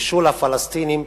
נישול הפלסטינים,